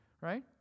right